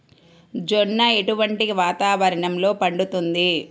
జొన్న ఎటువంటి వాతావరణంలో పండుతుంది?